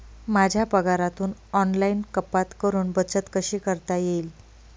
माझ्या पगारातून ऑनलाइन कपात करुन बचत कशी करता येईल?